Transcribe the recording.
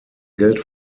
geld